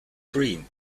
dream